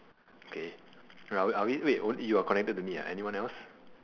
okay are we are we wait you're connected to me ah anyone else